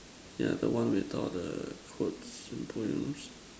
yeah the one we talk on the quotes and poems